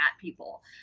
people